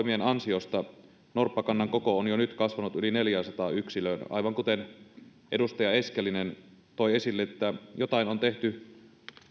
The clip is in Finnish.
ansiosta norppakannan koko on jo nyt kasvanut yli neljäänsataan yksilöön aivan kuten edustaja eskelinen toi esille jotain on tehty